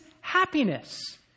happiness